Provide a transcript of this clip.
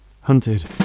Hunted